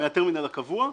הבנתי.